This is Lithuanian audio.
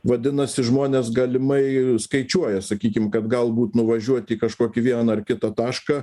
vadinasi žmonės galimai skaičiuoja sakykim kad galbūt nuvažiuot į kažkokį vieną ar kitą tašką